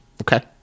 Okay